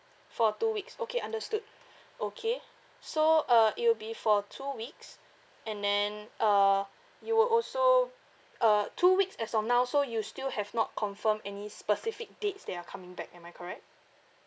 for two weeks okay understood okay so uh it will be for two weeks and then uh you will also uh two weeks as of now so you still have not confirmed any specific dates that you are coming back am I correct